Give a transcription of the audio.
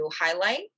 highlight